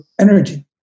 energy